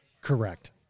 Correct